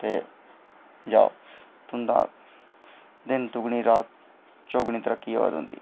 ते जाओ तुं'दा दिन दोगुनी रात चोगुनी तरक्की होऐ तुं'दी